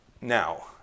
Now